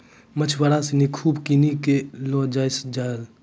मछुआरा सिनि खूब किनी कॅ लै जाय छै जाल